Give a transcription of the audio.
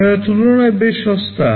তারা তুলনায় বেশ সস্তা